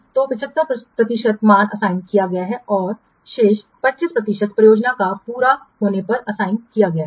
तो 75 प्रतिशत मान असाइन किया गया है और शेष 25 प्रतिशत परियोजना का पूरा होना पर असाइन किया गया है